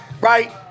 right